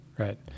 Right